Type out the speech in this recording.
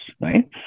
right